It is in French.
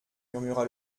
murmura